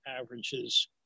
averages